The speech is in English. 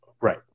Right